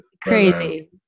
Crazy